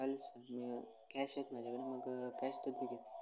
चालेल सर मी कॅश आहेत माझ्याकडे मग कॅश